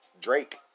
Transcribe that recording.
Drake